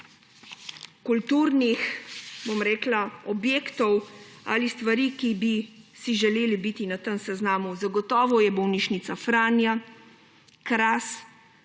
kulturnih objektov ali stvari, ki bi si želeli biti na tem seznamu. Zagotovo je bolnišnica Franja, Kras,